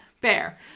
Bear